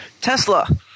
Tesla